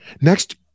Next